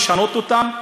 לשנות אותם?